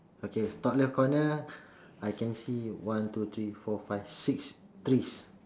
okay top left corner I can see one two three four five six trees